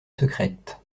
secrète